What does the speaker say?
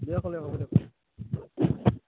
দিয়ক হ'লে হ'ব দিয়ক